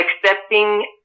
accepting